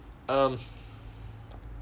um